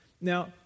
Now